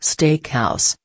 Steakhouse